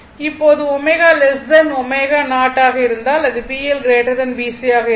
இப்போது ω ω0 ஆக இருந்தால் அது BL BC ஆக இருக்கும்